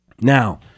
Now